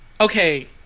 Okay